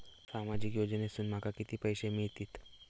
सामाजिक योजनेसून माका किती पैशे मिळतीत?